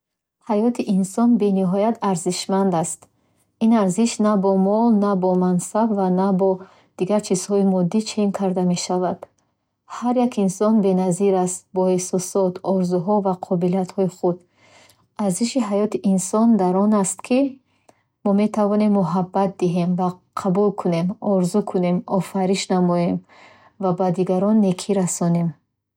Ҳаёти инсон бениҳоят арзишманд аст. Ин арзиш на бо мол, на бо мансаб ва на бо дигар чизҳои моддӣ чен карда мешавад. Ҳар як инсон беназир аст, бо эҳсосот, орзуҳо ва қобилиятҳои худ. Арзиши ҳаёти инсон дар он аст, ки мо метавонем муҳаббат диҳем ва қабул кунем, орзу кунем, офариш намоем ва ба дигарон некӣ расонем.